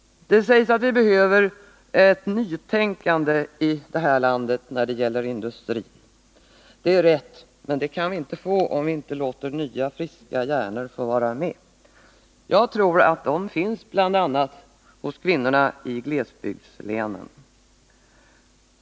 Det sägs att vi behöver ett nytänkande i vårt land när det gäller industrin. Det är rätt. Men det kan vi inte få, om vi inte låter nya friska hjärnor få vara med. Jag tror att sådana finns hos bl.a. kvinnorna i glesbygdslänen.